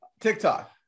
TikTok